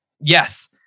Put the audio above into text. Yes